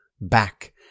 back